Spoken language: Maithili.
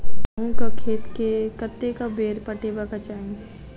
गहुंमक खेत केँ कतेक बेर पटेबाक चाहि?